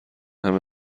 همه